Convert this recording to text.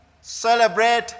celebrate